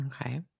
Okay